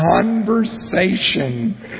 conversation